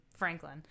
Franklin